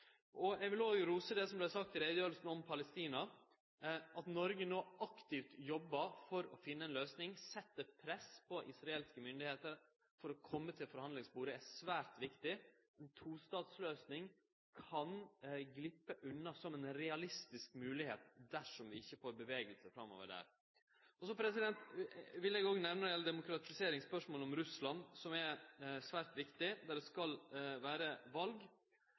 Syria. Eg vil òg rose det som vart sagt i utgreiinga om Palestina, at Noreg no aktivt jobbar for å finne ei løysing. Å setje press på israelske myndigheiter for at dei skal kome til forhandlingsbordet, er svært viktig. Ei tostatsløysing kan gleppe unna som ei realistisk moglegheit dersom vi ikkje får bevegelse framover der. Så vil eg når det gjeld demokratisering, òg nemne spørsmålet om Russland, som er svært viktig, der det skal vere